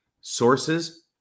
sources